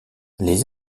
les